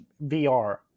VR